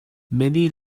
many